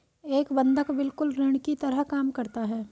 एक बंधक बिल्कुल ऋण की तरह काम करता है